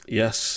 Yes